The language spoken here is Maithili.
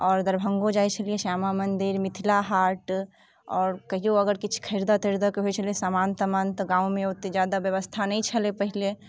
आओर दरभङ्गो जाइत छलियै श्यामा मंदिर मिथिला हाट आओर कहियो अगर किछु खरीदऽ तरीदऽ के होइत छलै सामान तामान तऽ गाँवमे ओतेक जादा व्यवस्था नहि छलै पहिले